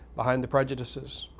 behind the prejudices,